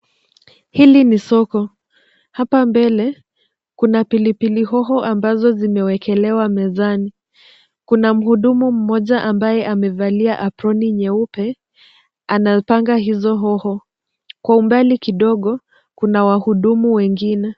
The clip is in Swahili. Hili ni soko. Hapa mbele kuna pilipili hoho ambazo zimewekelewa mezani. Kuna mhudumu mmoja ambaye amevalia aproni nyeupe anapanga hizo hoho. Kwa umbali kidogo kuna wahudumu wengine.